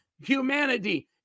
humanity